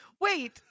Wait